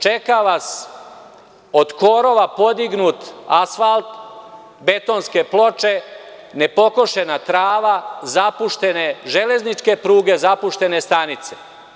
Čeka vas od korova podignut asfalt, betonske ploče, nepokošena trava, zapuštene železničke pruge, zapuštene stanice.